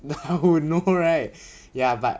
now you know right ya but